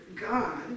God